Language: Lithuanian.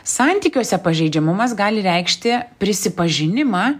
santykiuose pažeidžiamumas gali reikšti prisipažinimą